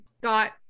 got